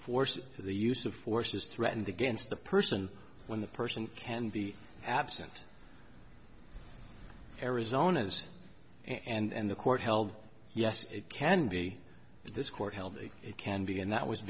force the use of force is threatened against the person when the person can be absent arizona's and the court held yes it can be but this court held that it can be and that was